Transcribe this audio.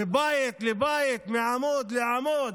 מבית לבית מעמוד לעמוד,